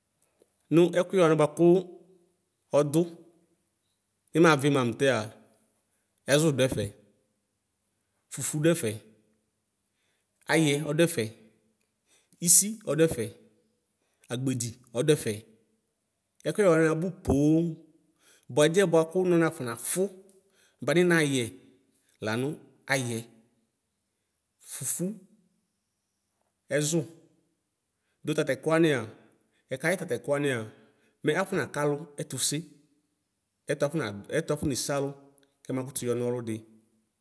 Nʋ ɛkʋyɛ wani bʋakʋ ɔdʋ nimavi ma mʋtɛa ɛzʋ dʋ ɛfɛ fʋfʋdʋ ɛfɛ ayɛ ɔdʋɛfɛ isi ɔdʋ ɛfɛ agbedi ɔdʋ ɛfɛ ɛkʋyɛ wani abʋ poo bʋa ɛdiɛ bʋakʋ nɔ nafɔnafʋ ba ninayɛ lanʋ ayɛ fufu ɛzo dʋ tatɛkʋ wania ɛkayɛ tatɛkʋ wania mɛ afɔ naka alʋ ɛtuse ɛtʋ afɔ na ɛtʋ afɔnese alʋ kɛ makʋtʋ yɔnɔlʋ di.